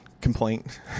complaint